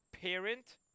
parent